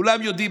כולם יודעים,